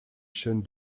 chaîne